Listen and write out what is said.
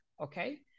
okay